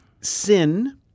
Sin